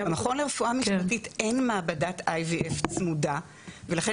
למכון לרפואה משפטית אין מעבדת IVF צמודה ולכן